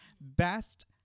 best